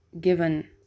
given